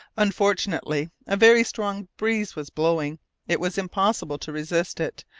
unfortunately a very strong breeze was blowing it was impossible to resist it,